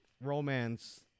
romance